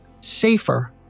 safer